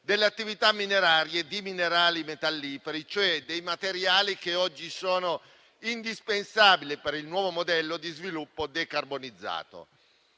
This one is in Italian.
delle attività minerarie di minerali metalliferi, cioè dei materiali che oggi sono indispensabili per il nuovo modello di sviluppo decarbonizzato.